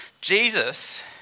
Jesus